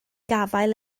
gafael